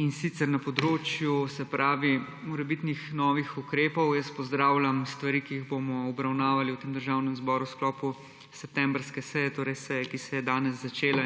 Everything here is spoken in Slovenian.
in sicer na področju morebitnih novih ukrepov jaz pozdravljam stvari, ki jih bomo obravnavali v Državnem zboru v sklopu septembrske seje, torej seje, ki se je danes začela.